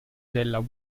della